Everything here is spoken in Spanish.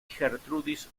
gertrudis